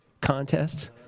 contest